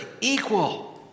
equal